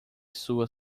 sua